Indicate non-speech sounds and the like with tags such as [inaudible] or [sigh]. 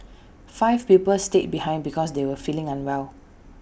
[noise] five pupils stayed behind because they were feeling unwell